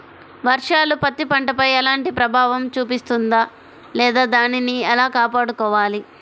వర్షాలు పత్తి పంటపై ఎలాంటి ప్రభావం చూపిస్తుంద లేదా దానిని ఎలా కాపాడుకోవాలి?